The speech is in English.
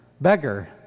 beggar